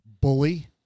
Bully